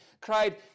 cried